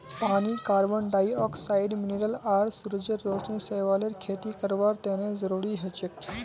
पानी carbon dioxide mineral आर सूरजेर रोशनी शैवालेर खेती करवार तने जरुरी हछेक